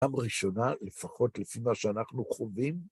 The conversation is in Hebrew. פעם ראשונה, לפחות לפי מה שאנחנו חווים,